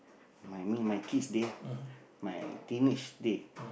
my mean my kids day ah my teenage day